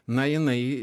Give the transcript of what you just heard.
na jinai